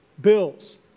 Bills